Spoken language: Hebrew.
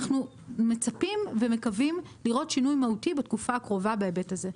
אנחנו מצפים ומקווים לראות שינוי מהותי בתקופה הקרובה בהיבט הזה.